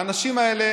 האנשים האלה